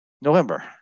November